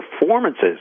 performances